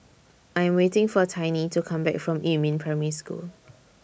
I Am waiting For Tiny to Come Back from Yumin Primary School